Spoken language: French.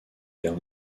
guerre